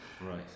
Right